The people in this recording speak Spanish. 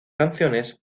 canciones